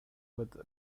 within